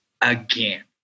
again